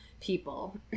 people